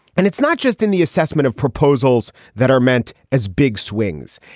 and it's not just in the assessment of proposals that are meant as big swings.